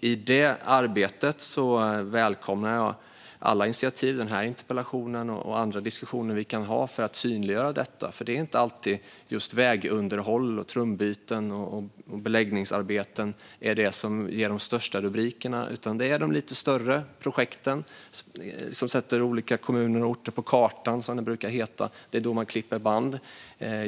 I det arbetet välkomnar jag alla initiativ, som den här interpellationen och andra diskussioner vi kan ha, för att synliggöra detta. Det är inte alltid som just vägunderhåll, trumbyten och beläggningsarbeten ger de största rubrikerna. Det är de lite större projekten som sätter olika kommuner och orter på kartan. Det är då man klipper band.